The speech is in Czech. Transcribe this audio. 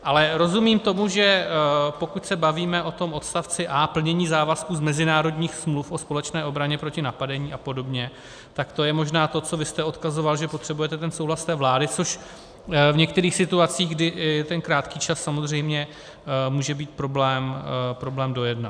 Ale rozumím tomu, že pokud se bavíme o tom odstavci a) Plnění závazků z mezinárodních smluv o společné obraně proti napadení a podobně, tak to je možná to, na co vy jste odkazoval, že potřebujete souhlas té vlády, což v některých situacích, kdy je ten krátký čas, samozřejmě může být problém dojednat.